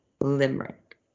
limerick